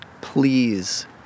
Please